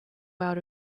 out